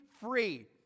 free